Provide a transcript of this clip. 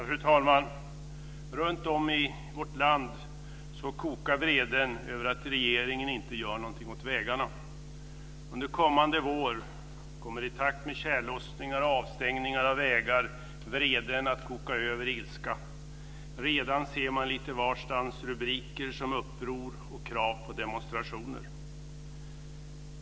Fru talman! Runtom i vårt land kokar vreden över att regeringen inte gör någonting åt vägarna. Under den kommande våren, i takt med tjällossning och avstängning av vägar, kommer vreden att koka över i ilska. Man ser redan lite varstans rubriker som Uppror och Krav på demonstrationer.